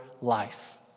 life